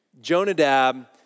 Jonadab